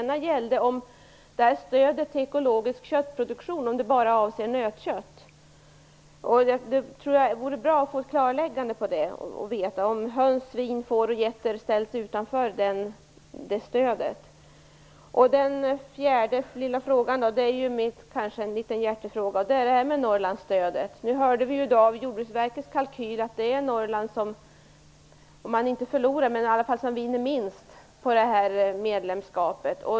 Jag undrade om stödet till ekologisk köttproduktion bara avser nötkött. Det vore bra att få ett klarläggande på den punkten och att få veta om höns, svin, får och getter ställs utanför det stödet. Sedan hade jag en liten hjärtefråga. Den handlar om Norrlandsstödet. Vi hörde att Jordbruksverkets bedömning är att Norrland vinner minst på detta medlemskap.